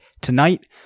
tonight